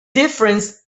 difference